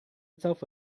itself